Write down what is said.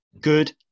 Good